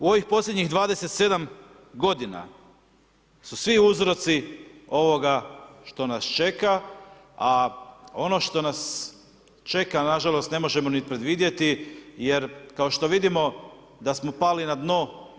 U ovih posljednjih 27 godina su svi uzroci ovoga što nas čeka, a ono što nas čeka, na žalost, ne možemo niti predvidjeti jer, kao što vidimo, da smo pali na dno EU.